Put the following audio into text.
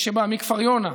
מי שבא מכפר יונה,